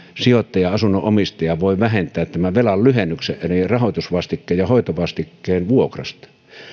sijoittaja asunnon omistaja voi vähentää velan lyhennyksen eli rahoitusvastikkeen ja hoitovastikkeen vuokrasta